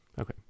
Okay